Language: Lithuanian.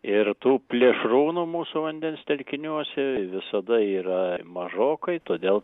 ir tų plėšrūnų mūsų vandens telkiniuose visada yra mažokai todėl